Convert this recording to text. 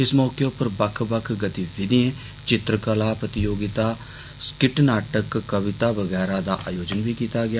इस मौके उप्पर बक्ख बक्ख गतिविधियें चित्रकला प्रतियोगिता सकिट नाटक कविता बगैरा दा आयोजन कीता गेआ